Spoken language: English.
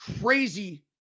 crazy